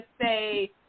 say